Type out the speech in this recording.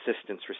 assistance